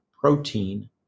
protein